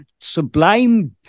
sublime